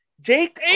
Jake